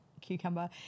cucumber